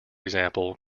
example